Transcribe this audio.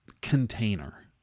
container